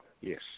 Yes